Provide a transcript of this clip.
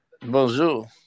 Bonjour